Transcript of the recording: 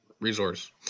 resource